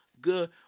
Good